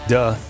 Duh